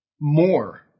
more